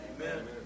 Amen